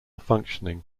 functioning